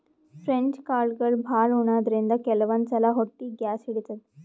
French ಕಾಳ್ಗಳ್ ಭಾಳ್ ಉಣಾದ್ರಿನ್ದ ಕೆಲವಂದ್ ಸಲಾ ಹೊಟ್ಟಿ ಗ್ಯಾಸ್ ಹಿಡಿತದ್